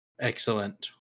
Excellent